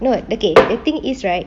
no the thing is right